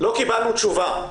לא קיבלנו תשובה.